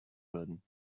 würden